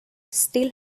still